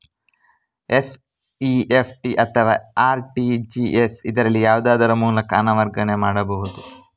NEFT ಅಥವಾ RTGS, ಇದರಲ್ಲಿ ಯಾವುದರ ಮೂಲಕ ಹಣ ವರ್ಗಾವಣೆ ಮಾಡಬಹುದು?